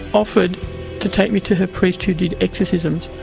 offered to take me to her priest who did exorcisms.